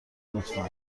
لطفا